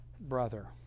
brother